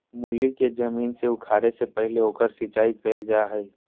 मूली के जमीन से उखाड़े से पहले ओकर सिंचाई कईल जा हइ